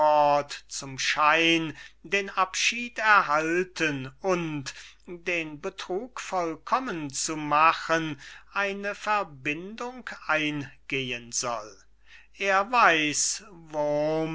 zum schein den abschied erhalten und den betrug vollkommen zu machen eine verbindung eingehen soll er weiß wurm